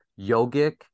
yogic